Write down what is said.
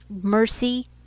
mercy